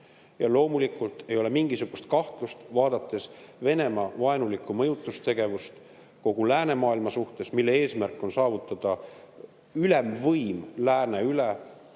Ja loomulikult ei ole mingisugust kahtlust, vaadates Venemaa vaenulikku mõjutustegevust kogu läänemaailma vastu, mille eesmärk on saavutada ülemvõim lääne üle,